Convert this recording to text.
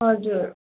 हजुर